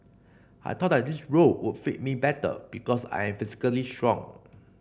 I thought that this role would fit me better because I am physically strong